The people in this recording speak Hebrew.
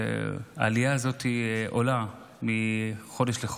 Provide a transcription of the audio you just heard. שמספרם עולה מדי חודש,